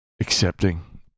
accepting